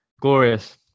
Glorious